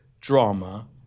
drama